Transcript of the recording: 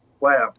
lab